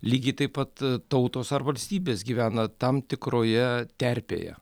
lygiai taip pat tautos ar valstybės gyvena tam tikroje terpėje